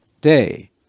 day